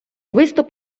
виступ